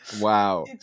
wow